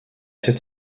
cette